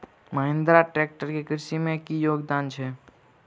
Mahindra tractor केँ कृषि मे की योगदान छै?